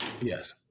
Yes